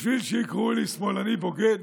בשביל שיקראו לי "שמאלני בוגד"?